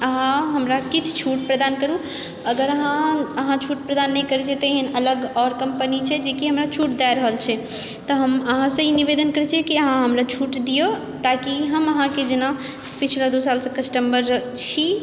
अहाँ हमरा किछु छूट प्रदान करू अगर अहाँ अहाँ छूट प्रदान नहि करैत छियै तऽ एहन आओर अलग कम्पनी छै जेकि हमरा छूट दए रहल छै तऽ हम अहाँसँ ई निवेदन करैत छियै कि अहाँ हमरा छूट दियौ ताकि हम अहाँके जेना पिछला दू सालसँ कस्टमर छी